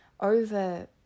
over